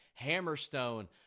Hammerstone